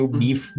beef